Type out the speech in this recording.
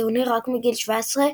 בטורניר רק מגיל 17,